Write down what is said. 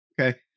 okay